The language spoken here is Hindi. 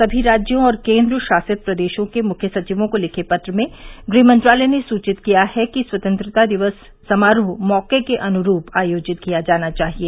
सभी राज्यों और केंद्र शासित प्रदेशों के मुख्य सचिवों को लिखे पत्र में गृह मंत्रालय ने सूचित किया है कि स्वतंत्रता दिवस समारोह मौके के अनुरूप आयोजित किया जाना चाहिए